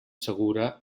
segura